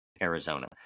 Arizona